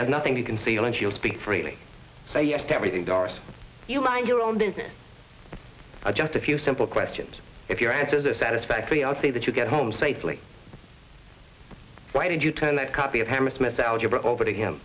has nothing to conceal and she will speak freely say yes to everything doris you mind your own doings just a few simple questions if your answers are satisfactory i'll see that you get home safely why did you turn that copy of hammersmith algebra over to him